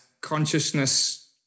consciousness